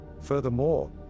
Furthermore